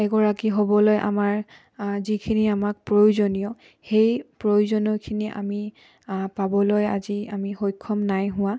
এগৰাকী হ'বলৈ আমাৰ যিখিনি আমাক প্ৰয়োজনীয় সেই প্ৰয়োজনীয়খিনি আমি পাবলৈ আজি আমি সক্ষম নাই হোৱা